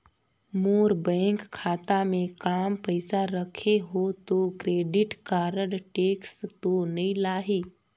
मोर bank खाता मे काम पइसा रखे हो तो क्रेडिट कारड टेक्स तो नइ लाही???